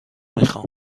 میخوام